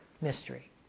mystery